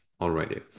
already